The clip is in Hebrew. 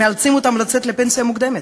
שמאלצים אותם לצאת לפנסיה מוקדמת?